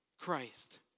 Christ